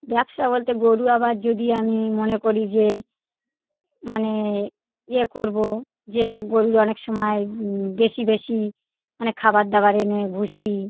ব্যবসা বলতে গরু আবার যদি আমি মনে করি যে মানে ইয়ে করবো যে গরুর অনেক সময় বেশি বেশি মানে খাবার দাবার এনে ভুসি